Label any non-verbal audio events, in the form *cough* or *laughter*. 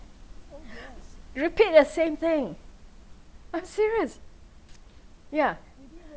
*breath* repeat the same thing I'm serious yeah